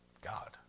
God